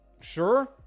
Sure